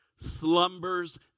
slumbers